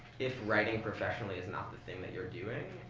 if writing professionally is not the thing that you're doing